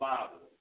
Bible